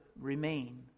remain